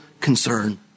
concern